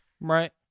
right